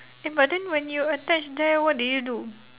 eh but then when you attach there what did you do